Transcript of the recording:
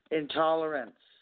intolerance